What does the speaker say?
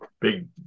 big